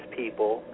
people